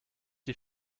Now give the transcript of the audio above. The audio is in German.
die